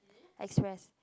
express